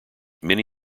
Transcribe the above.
many